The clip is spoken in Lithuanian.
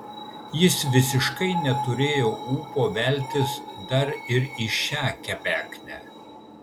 jis visiškai neturėjo ūpo veltis dar ir į šią kebeknę